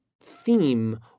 theme